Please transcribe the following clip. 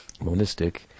monistic